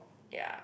ya